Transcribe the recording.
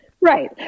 Right